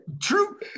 True